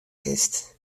kinst